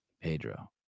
Pedro